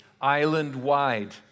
island-wide